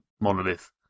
Monolith